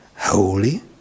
holy